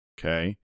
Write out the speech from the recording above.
Okay